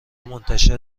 منتشر